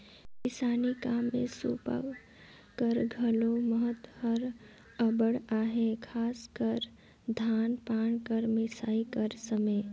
किसानी काम मे सूपा कर घलो महत हर अब्बड़ अहे, खासकर धान पान कर मिसई कर समे